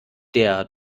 der